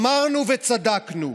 אמרנו וצדקנו.